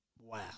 Wow